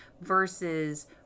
versus